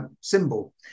symbol